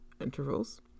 intervals